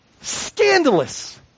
Scandalous